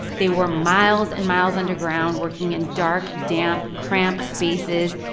they were miles and miles underground working in dark, damp, cramped spaces.